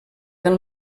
del